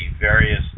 various